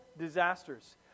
disasters